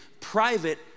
private